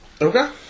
Okay